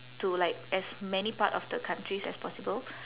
to like as many part of the countries as possible